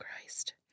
Christ